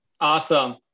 Awesome